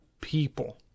people